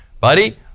buddy